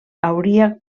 hauria